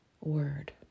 Word